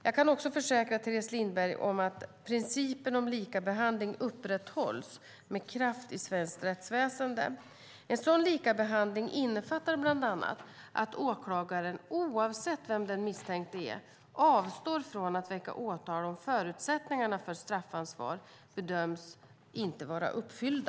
Jag kan också försäkra Teres Lindberg om att principen om likabehandling upprätthålls med kraft i svenskt rättsväsen. En sådan likabehandling innefattar bland annat att åklagaren, oavsett vem den misstänkte är, avstår från att väcka åtal om förutsättningarna för straffansvar inte bedöms vara uppfyllda.